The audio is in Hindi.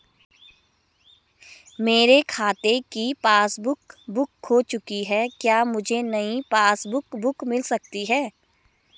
मेरे खाते की पासबुक बुक खो चुकी है क्या मुझे नयी पासबुक बुक मिल सकती है?